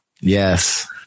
Yes